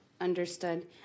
Understood